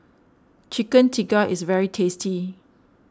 Chicken Tikka is very tasty